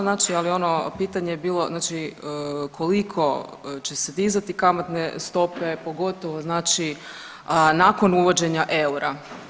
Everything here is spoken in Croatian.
Znači, ali ono pitanje je bilo znači koliko će se dizati kamatne stope pogotovo znači nakon uvođenja eura.